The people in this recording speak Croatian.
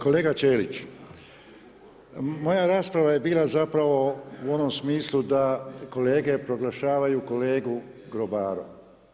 Kolega Ćelič, moja rasprava je bila zapravo u onom smislu da kolege proglašavaju kolegu grobarom.